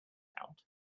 out